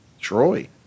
Troy